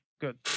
good